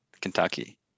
Kentucky